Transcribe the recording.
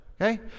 okay